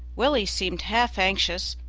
willie seemed half-anxious,